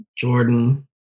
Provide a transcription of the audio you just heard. Jordan